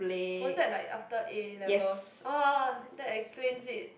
was that like after A-levels !wah! that explains it